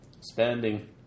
Spending